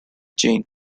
chain